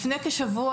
לפני כשבוע,